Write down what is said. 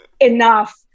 enough